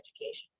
education